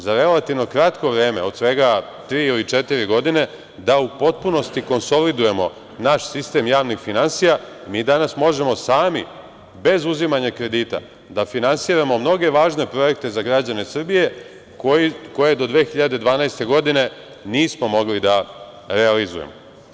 Za relativno kratko vreme, od svega tri ili četiri godine da u potpunosti konsolidujemo naš sistem javih finansija, mi danas možemo sabi bez uzimanja kredita da finansiramo mnoge važne projekte za građane Srbije, koje do 2012. godine, nismo mogli da realizujemo.